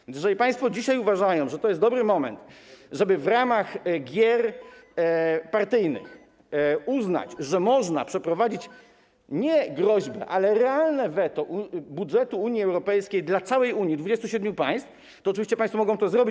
A więc jeżeli państwo dzisiaj uważają, że to jest dobry moment, żeby w ramach gier partyjnych uznać, że można przeprowadzić nie groźby, ale realne weto dotyczące budżetu Unii Europejskiej dla całej Unii - 27 państw - to oczywiście państwo mogą to zrobić.